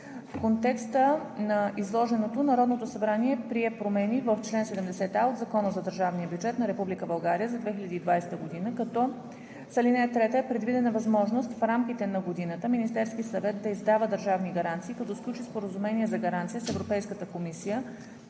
В контекста на изложеното Народното събрание прие промени в чл. 70а от Закона за държавния бюджет на Република България за 2020 г., като с ал. 3 е предвидена възможност в рамките на годината Министерският съвет да издава държавни гаранции, като сключи Споразумение за гаранция с Европейската комисия